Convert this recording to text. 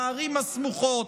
בערים הסמוכות,